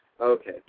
Okay